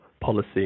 policy